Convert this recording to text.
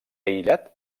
aïllat